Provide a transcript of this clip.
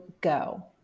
go